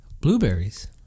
Blueberries